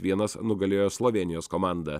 vienas nugalėjo slovėnijos komandą